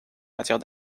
matière